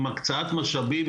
עם הקצאת משאבים,